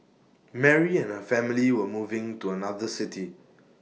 Mary and her family were moving to another city